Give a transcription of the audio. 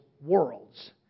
worlds